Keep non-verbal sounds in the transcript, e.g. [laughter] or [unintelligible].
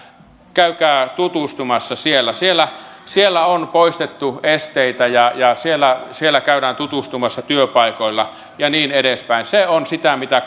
käykää tutustumassa siellä siellä siellä on poistettu esteitä ja ja siellä siellä käydään tutustumassa työpaikoilla ja niin edespäin se on sitä mitä [unintelligible]